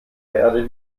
werde